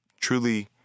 truly